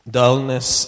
dullness